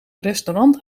restaurant